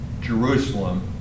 Jerusalem